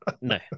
no